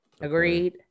agreed